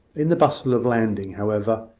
in the bustle of landing, however,